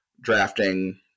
drafting